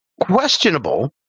questionable